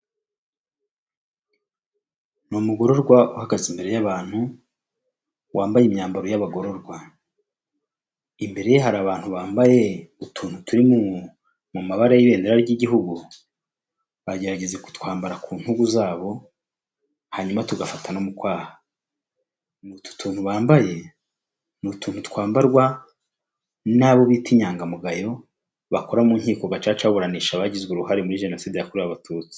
Ni umugororwa uhagaze imbere y'abantu wambaye imyambaro y'abagororwa, imbere ye hari abantu bambaye utuntu turi mu mabara y'ibendera ry'igihugu bagerageza kutwambara ku ntugu zabo hanyuma tugafata no mu kwaha, utu tuntu bambaye ni utuntu twambarwa n'abo bita inyangamugayo bakora mu nkiko gacaca baburanisha abagize uruhare muri jenoside yakorewe abatutsi.